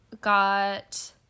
got